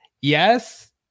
Yes